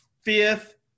fifth